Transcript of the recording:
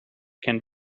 can